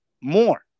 more